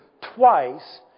twice